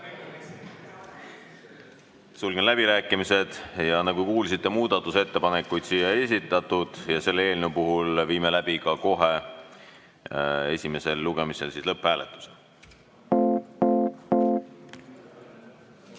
Sulgen läbirääkimised. Nagu kuulsite, muudatusettepanekuid ei esitatud ja selle eelnõu puhul viime läbi ka kohe esimesel lugemisel lõpphääletusele.